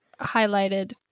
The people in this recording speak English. highlighted